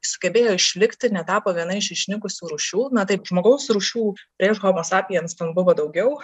sugebėjo išlikti netapo viena iš išnykusių rūšių na taip žmogaus rūšių prieš homo sapiens ten buvo daugiau